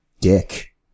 Dick